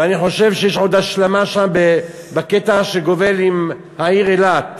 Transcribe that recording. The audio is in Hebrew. ואני חושב שיש עוד השלמה שם בקטע שגובל עם העיר אילת.